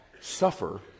suffer